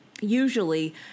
usually